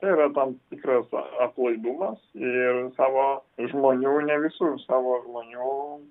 yra tam tikras aplaidumas ir savo žmonių ne visų savo žmonių